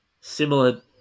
similar